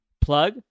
plug